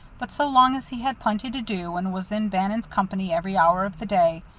but so long as he had plenty to do and was in bannon's company every hour of the day,